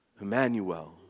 Emmanuel